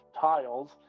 tiles